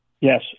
Yes